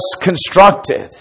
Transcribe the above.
constructed